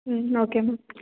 ம் okay ma'am